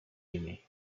imi